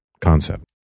concept